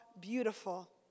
beautiful